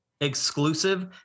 exclusive